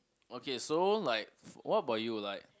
okay so like what about you like